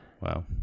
Wow